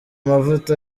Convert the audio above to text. mavuta